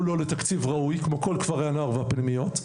לו לתקציב ראוי כמו כל כפרי הנוער והפנימיות,